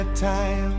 time